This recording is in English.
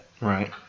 Right